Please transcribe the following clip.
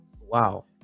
wow